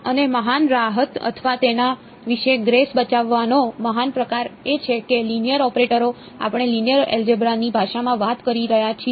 અને મહાન રાહત અથવા તેના વિશે ગ્રેસ બચાવવાનો મહાન પ્રકાર એ છે કે લિનિયર ઓપરેટરો આપણે લિનિયર એલજેબ્રા ની ભાષામાં વાત કરી શકીએ છીએ